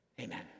Amen